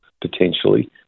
potentially